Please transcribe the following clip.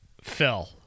Phil